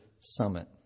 Summit